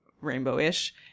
rainbow-ish